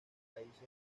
raíces